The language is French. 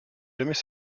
jamais